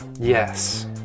Yes